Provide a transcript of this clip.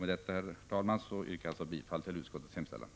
Med detta, herr talman, yrkar jag bifall till utskottets hemställan.